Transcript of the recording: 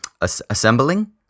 Assembling